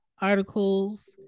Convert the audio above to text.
articles